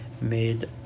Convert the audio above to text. made